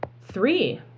Three